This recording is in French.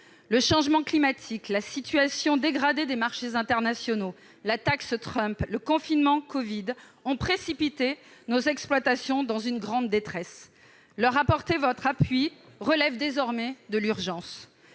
Le changement climatique, la situation dégradée des marchés internationaux, la taxe Trump et le confinement covid ont précipité nos exploitations dans une grande détresse. Leur apporter votre appui relève désormais de l'urgence.